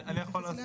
אני יכול.